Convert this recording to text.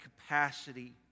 capacity